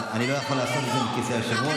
אבל אני לא יכול לעשות את זה מכיסא היושב-ראש.